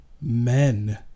men